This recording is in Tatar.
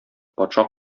патша